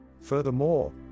Furthermore